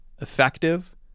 effective